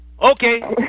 okay